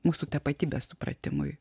mūsų tapatybės supratimui